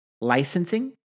licensing